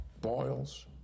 boils